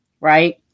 right